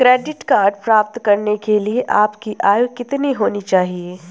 Credit card प्राप्त करने के लिए आपकी आयु कितनी होनी चाहिए?